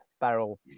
barrel